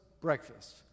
breakfast